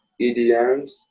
EDMs